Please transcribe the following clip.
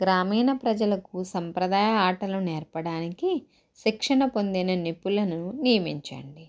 గ్రామీణ ప్రజలకు సాంప్రదాయ ఆటలు నేర్పడానికి శిక్షణ పొందిన నిపుణులను నియమించండి